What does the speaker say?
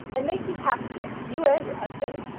and make you happy here you and your husband.